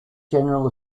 general